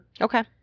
Okay